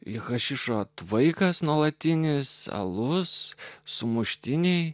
ir hašišo tvaikas nuolatinis alus sumuštiniai